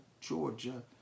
Georgia